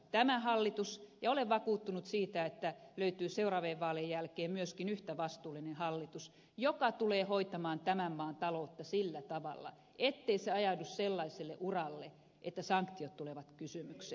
tämä hallitus ja olen vakuuttunut siitä että löytyy seuraavien vaalien jälkeen myöskin yhtä vastuullinen hallitus tulee hoitamaan tämän maan taloutta sillä tavalla ettei se ajaudu sellaiselle uralle että sanktiot tulevat kysymykseen